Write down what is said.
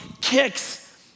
kicks